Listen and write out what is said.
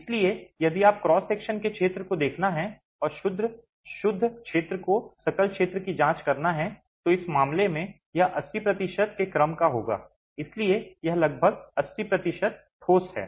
इसलिए यदि आपको क्रॉस सेक्शन के क्षेत्र को देखना है और शुद्ध क्षेत्र को सकल क्षेत्र की जांच करना है तो इस मामले में यह 80 प्रतिशत के क्रम का होगा इसलिए यह लगभग 80 प्रतिशत ठोस है